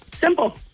Simple